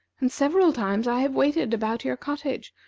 and several times i have waited about your cottage,